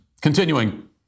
Continuing